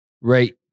Right